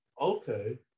okay